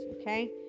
okay